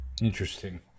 Interesting